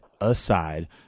aside